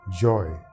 joy